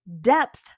depth